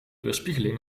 weerspiegeling